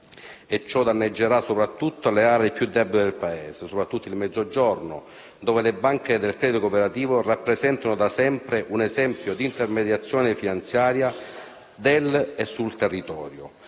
Ciò danneggerà le aree più deboli del Paese, soprattutto il Mezzogiorno, dove le banche del credito cooperativo rappresentano da sempre un esempio d'intermediazione finanziaria del e sul territorio,